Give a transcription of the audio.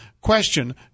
question